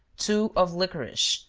two of liquorice,